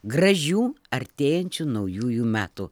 gražių artėjančių naujųjų metų